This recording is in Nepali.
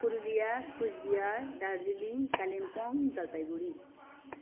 पुरुलिया कुचबिहार दार्जिलिङ कालिम्पोङ जलपाइगुडी